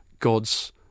God's